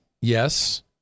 Yes